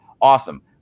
Awesome